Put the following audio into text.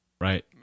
Right